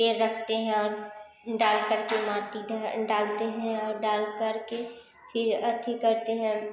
पेड़ रखते हैं और डाल करके माटी धर डालते हैं और डालकर के फिर अथी करते हैं